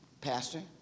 pastor